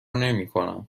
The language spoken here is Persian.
نمیکنم